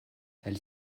elles